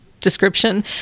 description